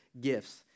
gifts